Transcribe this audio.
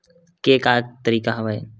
के का तरीका हवय?